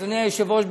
אדוני היושב-ראש,